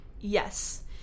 Yes